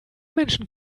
menschen